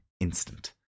instant